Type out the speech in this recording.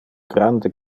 grande